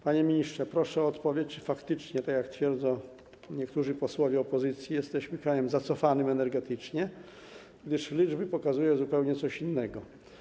Panie ministrze, proszę o odpowiedź, czy faktycznie - jak twierdzą niektórzy posłowie opozycji - jesteśmy krajem zacofanym energetycznie, gdyż liczby pokazują zupełnie coś innego.